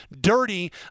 dirty